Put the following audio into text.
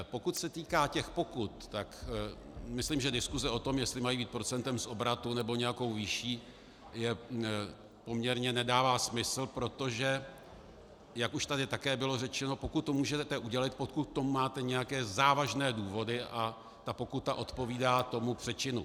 Pokud se týká pokut, tak myslím, že diskuse o tom, jestli mají být procentem z obratu, nebo nějakou výší, poměrně nedává smysl, protože jak už tady také bylo řečeno, pokud to můžete udělit, pokud k tomu máte nějaké závažné důvody a ta pokuta odpovídá tomu přečinu.